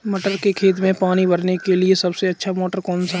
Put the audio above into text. मटर के खेत में पानी भरने के लिए सबसे अच्छा मोटर कौन सा है?